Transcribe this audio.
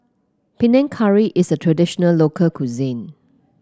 Panang Curry is a traditional local cuisine